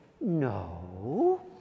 No